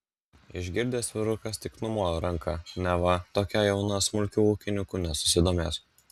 išgirdęs vyrukas tik numojo ranka neva tokia jauna smulkiu ūkininku nesusidomės